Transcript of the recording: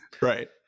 Right